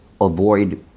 avoid